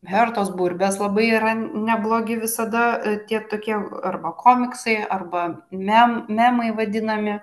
hertos burbės labai yra neblogi visada tiek tokie arba komiksai arba mem memai vadinami